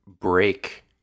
break